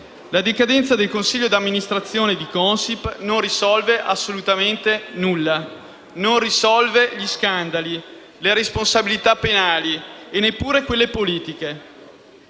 la decadenza del consiglio di amministrazione di Consip non risolve nulla. Non risolve gli scandali, le responsabilità penali e neppure quelle politiche.